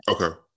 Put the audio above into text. Okay